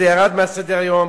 ירד מסדר-היום,